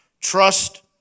Trust